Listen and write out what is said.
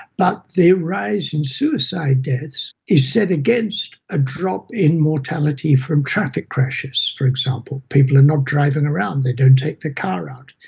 but the rise in suicide deaths is set against a drop in mortality from traffic crashes, for example, people are not driving around, they don't take their car out.